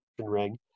Ring